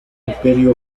imperio